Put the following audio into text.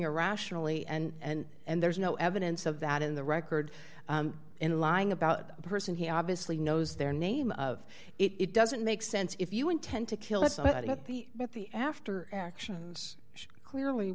irrationally and there's no evidence of that in the record in lying about a person he obviously knows their name of it doesn't make sense if you intend to kill us but at the at the after actions clearly